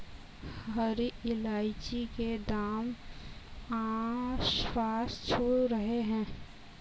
हरी इलायची के दाम आसमान छू रहे हैं